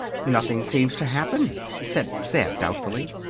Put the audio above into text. nothing seems to happen, said zeb, doubtfully.